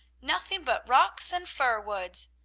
nothing but rocks and fir woods,